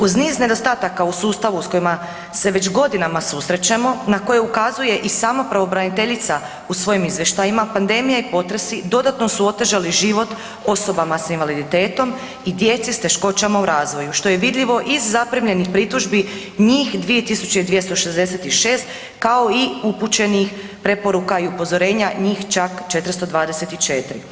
Uz niz nedostataka u sustavu s kojima se već godinama susrećemo na koje ukazuje i sama pravobraniteljica u svojim izvještajima, pandemija i potresi dodano su otežali život osobama s invaliditetom i djeci s teškoćama u razvoju što je vidljivo iz zaprimljenih pritužbi njih 2266 kao i upućenih preporuka i upozorenja njih čak 424.